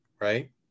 right